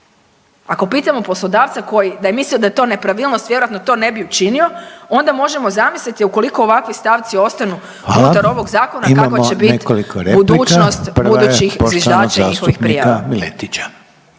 Ako pitamo poslodavca da je mislio da je to nepravilnost vjerojatno to ne bi učinio onda možemo zamisliti ukoliko ovakvi stavci ostanu unutar …/Upadica Reiner: Hvala./… ovog zakona kakva će bit budućnost budućih zviždača i njihovih